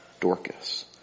Dorcas